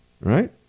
right